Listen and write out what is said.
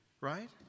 right